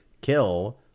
kill